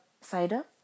cider